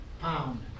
pound